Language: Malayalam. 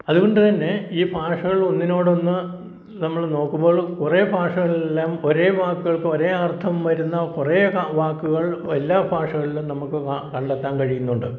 അതുകൊണ്ട് തന്നെ ഈ ഭാഷകൾ ഒന്നിനോടൊന്ന് നമ്മൾ നോക്കുമ്പോൾ കുറേ ഭാഷകളിലെല്ലാം ഒരേ വാക്കുകൾക്ക് ഒരേ അർത്ഥം വരുന്ന കുറേ വാക്കുകൾ എല്ലാ ഭാഷകളിലും നമുക്ക് കണ്ടെത്താൻ കഴിയുന്നുണ്ട്